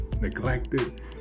neglected